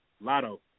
Lotto